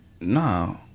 No